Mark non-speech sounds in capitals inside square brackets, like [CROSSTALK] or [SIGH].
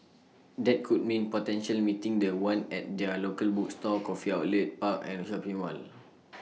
that could mean potentially meeting The One at their locally bookstore coffee outlet park and shopping mall [NOISE]